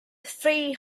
three